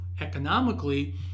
economically